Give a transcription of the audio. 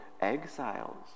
exiles